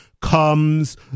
comes